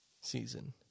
season